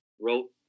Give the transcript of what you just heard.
wrote